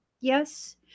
Yes